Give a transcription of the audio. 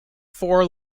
four